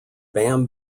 bam